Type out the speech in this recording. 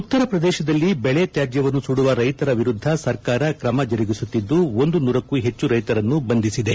ಉತ್ತರ ಪ್ರದೇಶದಲ್ಲಿ ಬೆಳೆ ತ್ಯಾಜ್ಯವನ್ನು ಸುದುವ ರೈತರ ವಿರುದ್ಧ ಸರ್ಕಾರ ಕ್ರಮ ಜರುಗಿಸುತ್ತಿದ್ದು ಒಂದು ನೂರಕ್ಕೂ ಹೆಚ್ಚು ರೈತರನ್ನು ಬಂಧಿಸಿದೆ